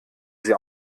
sie